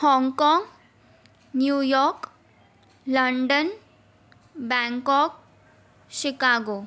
Hong Kong New York London Bangkok Chicago